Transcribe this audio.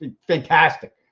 Fantastic